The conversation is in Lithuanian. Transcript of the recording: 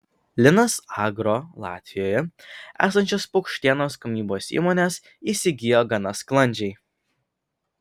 linas agro latvijoje esančias paukštienos gamybos įmones įsigijo gana sklandžiai